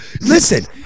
Listen